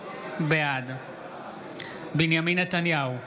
בעד בנימין נתניהו,